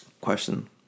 Question